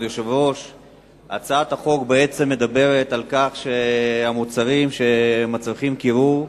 הצעת החוק מדברת על כך שהמוצרים שמצריכים קירור,